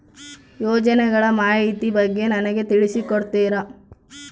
ಯೋಜನೆಗಳ ಮಾಹಿತಿ ಬಗ್ಗೆ ನನಗೆ ತಿಳಿಸಿ ಕೊಡ್ತೇರಾ?